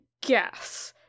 guess